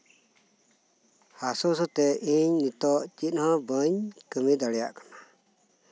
ᱦᱟᱥᱩᱼᱦᱟᱥᱩ ᱛᱮ ᱤᱧ ᱱᱤᱛᱳᱜ ᱪᱮᱫ ᱦᱚᱸ ᱵᱟᱹᱧ ᱠᱟᱢᱤ ᱫᱟᱲᱮᱭᱟᱜ ᱠᱟᱱᱟ